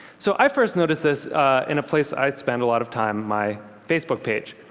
so i first noticed this in a place i spend a lot of time, my facebook page.